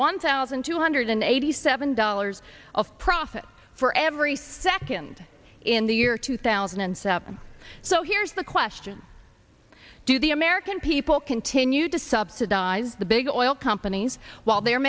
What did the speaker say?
one thousand two hundred eighty seven dollars of profit for every second in the year two thousand and seven so here's the question do the american people continue to subsidize the big oil companies while they're